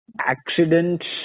accidents